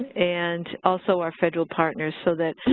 and also our federal partners so that